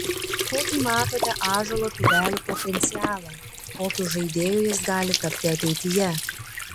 kokį matote ąžuolo tubelio potencialą kokiu žaidėju jis gali tapti ateityje